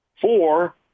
Four